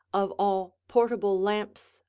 of all portable lamps,